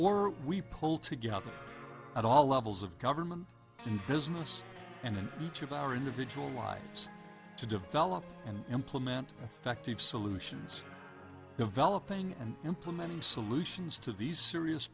or we pull together at all levels of government and business and in each of our individual lives to develop and implement effective solutions developing and implementing solutions to these serious